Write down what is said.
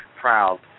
proud